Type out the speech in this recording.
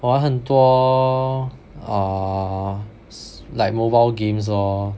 我玩很多 err s~ like mobile games lor